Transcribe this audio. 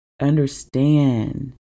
understand